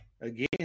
Again